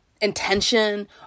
intention